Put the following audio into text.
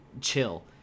chill